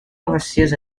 overseas